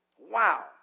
Wow